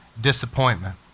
Disappointment